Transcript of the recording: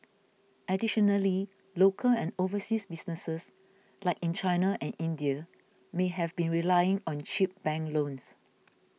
additionally local and overseas businesses like in China and India may have been relying on cheap bank loans